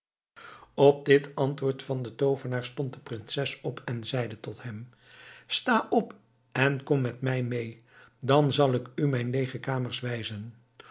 op dit antwoord van den toovenaar stond de prinses op en zeide tot hem sta op en kom met mij mee dan zal ik u mijn leege kamers wijzen